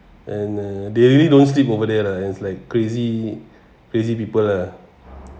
and uh they really don't sleep over there lah it's like crazy crazy people lah